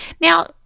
Now